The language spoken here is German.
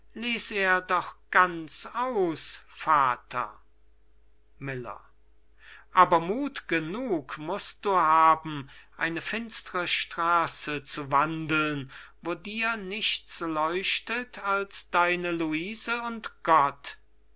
doch ganz aus vater miller aber muth genug mußt du haben eine finstre straße zu wandeln wo dir nichts leuchtet als deine luise und